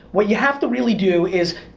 what you have to really do is,